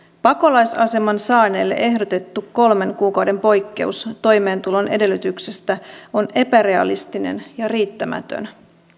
pakolaisaseman saaneelle ehdotettu kolmen kuukauden poikkeus toimeentulon edellytyksestä on epärealistinen ja riittämätön